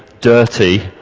dirty